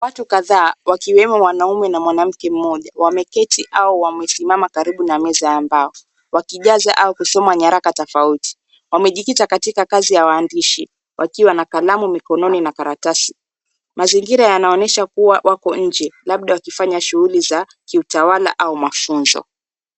Watu kadhaa wakiwemo wanaume na mwanamke mmoja wameketi au wamesimama karibu na meza ya mbao wakijaza au kusoma nyaraka tofauti. Wamejikita katika Kazi ya uandishi wakiwa na kalamu mikononi na karatasi. Mazingira yanaonyesha Kuwa wako inje labda wakifanya shughuli za kiutawala au mafunzo.